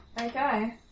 Okay